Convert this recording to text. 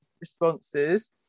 responses